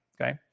okay